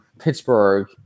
pittsburgh